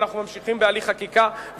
אנחנו ממשיכים בהליך חקיקה,